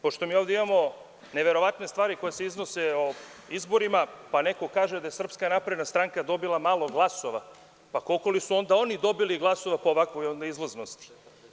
Pošto mi ovde imamo neverovatne stvari koje se iznose o izborima, pa neko kaže da je SNS dobila malo glasova, koliko li su onda oni dobili glasova po ovakvoj izlaznosti?